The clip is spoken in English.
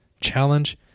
challenge